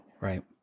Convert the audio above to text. Right